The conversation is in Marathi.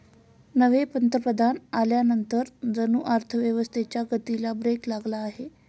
नवे पंतप्रधान आल्यानंतर जणू अर्थव्यवस्थेच्या गतीला ब्रेक लागला आहे